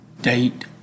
Date